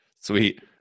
Sweet